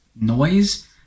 noise